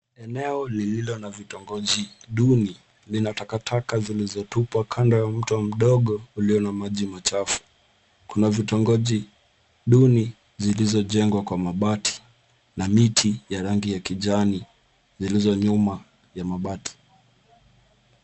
Eneo lililo na vitongoji duni lina takataka zilizotupwa kando ya mto mdogo ulio na maji machafu. Kuna vitongoji duni zilizojengwa kwa mabati na miti ya rangi ya kijani zilizo nyuma ya mabati.